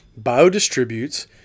biodistributes